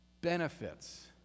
benefits